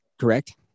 correct